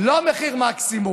לא מחיר מקסימום,